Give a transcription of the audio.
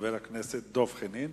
חבר הכנסת דב חנין,